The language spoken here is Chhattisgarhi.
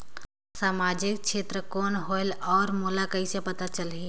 समाजिक क्षेत्र कौन होएल? और मोला कइसे पता चलही?